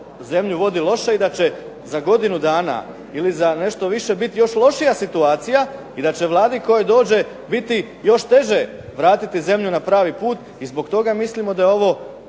zemlju vodi loše i da će za godinu dana ili za nešto više biti još lošija situacija i da će Vladi koja dođe biti još teže vratiti zemlju na pravi put i zbog toga mislimo da je ovo